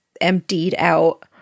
emptied-out